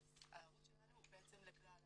הערוץ שלנו פתוח לכלל הציבור.